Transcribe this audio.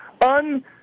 un